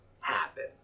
happen